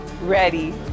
Ready